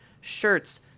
shirts